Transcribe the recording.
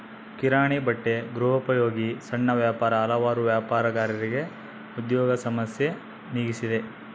ಕಿರಾಣಿ ಬಟ್ಟೆ ಗೃಹೋಪಯೋಗಿ ಸಣ್ಣ ವ್ಯಾಪಾರ ಹಲವಾರು ವ್ಯಾಪಾರಗಾರರಿಗೆ ಉದ್ಯೋಗ ಸಮಸ್ಯೆ ನೀಗಿಸಿದೆ